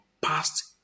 past